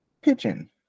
pigeon